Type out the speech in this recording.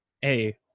hey